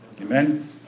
Amen